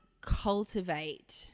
cultivate